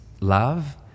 love